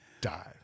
die